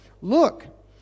Look